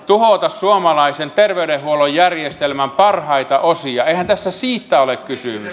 tuhoa suomalaisen terveydenhuollon järjestelmän parhaita osia eihän tässä siitä ole kysymys